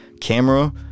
camera